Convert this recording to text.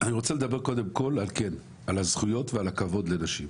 אני רוצה לדבר קודם כל על הזכויות ועל הכבוד לנשים,